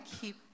keep